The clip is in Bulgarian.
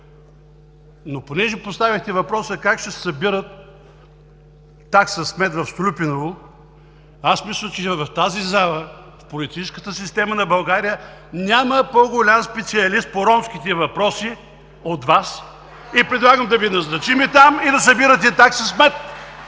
Но понеже поставихте въпроса как ще се събира такса смет в „Столипиново“, аз мисля, че и в тази зала, в политическата система на България няма по-голям специалист по ромските въпроси от Вас и предлагам да Ви назначим там и да събирате такса смет.